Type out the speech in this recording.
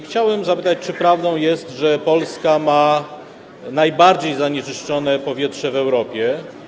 Chciałem zapytać: Czy prawdą jest, że Polska ma najbardziej zanieczyszczone powietrze w Europie?